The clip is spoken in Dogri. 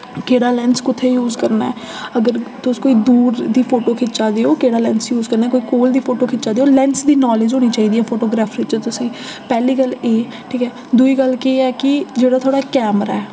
केह्ड़ा लैंस कुत्थै यूज करना ऐ अगर तुस कोई दूर दी फोटो खिच्चा दे ओ केह्ड़ा लैंस यूज करना ऐ कोई कोल दी फोटो खिच्चा दे ओ लैंस दी नॉलेज होनी चाहिदी ऐ फोटोग्राफ्री च तुसें पैह्ली गल्ल एह् ठीक ऐ दुई गल्ल केह् ऐ कि जेह्ड़ा थोआड़ा कैमरा ऐ